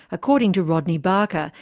according to rodney barker,